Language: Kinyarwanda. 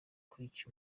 clichy